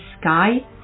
sky